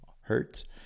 hurt